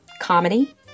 comedy